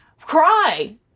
Cry